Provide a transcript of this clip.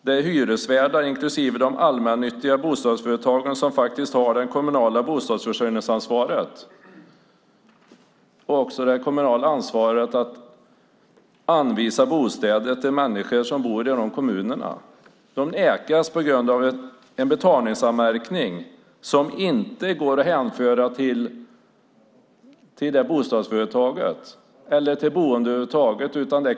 Det är de allmännyttiga bostadsföretagen som har det kommunala bostadsförsörjningsansvaret och ska anvisa den som bor i kommunen bostad. Dessa personer nekas på grund av en betalningsanmärkning som inte kan hänföras till det aktuella bostadsföretaget eller till boende över huvud taget.